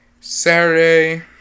Saturday